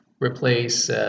replace